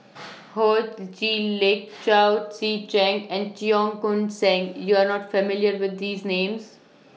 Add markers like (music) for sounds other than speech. (noise) Ho Chee Lick Chao Tzee Cheng and Cheong Koon Seng YOU Are not familiar with These Names